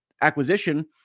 acquisition